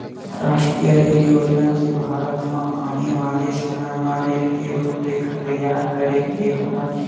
रास्टीय रेल योजना म भारत के आने वाले समे के रेल के रूपरेखा तइयार करे गे हवय